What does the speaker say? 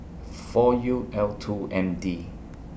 four U L two M D